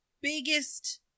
biggest